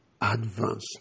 advance